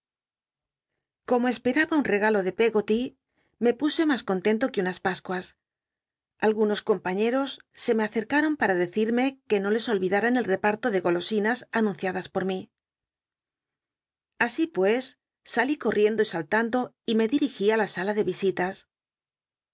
como esperaba un regalo de peggoty me puse mas contento que unas pascuas algunos compaiíetos se me acercaron pata dc i tme que no les olvidara en el repa rto de golosinas anunciadas por mi así pues salí corriendo y sallando y me dirigí á ta sala de risitas